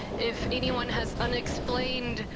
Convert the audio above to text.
if anyone has unexplained,